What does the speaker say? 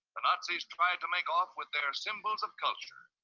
the nazis tried to make off with their symbols of culture.